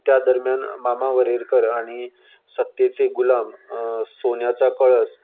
त्या दरम्यान मामा वरेरकर हांणी सत्तेचे गुलाम सोन्याचा कळस